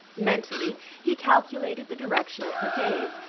mentally he calculated the direction of her gaze,